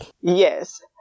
Yes